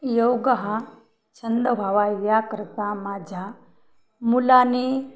योग हा छंद व्हावा याकरता माझ्या मुलानी